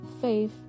faith